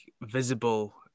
visible